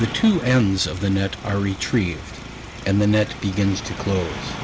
the two ends of the net are retreat and the next begins to lo